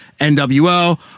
NWO